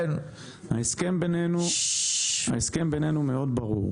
ההסכם בינינו מאוד ברור,